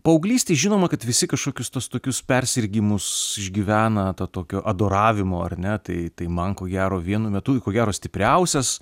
paauglystėj žinoma kad visi kažkokius tuos tokius persirgimus išgyvena to tokio adoravimo ar ne tai tai man ko gero vienu metu ko gero stipriausias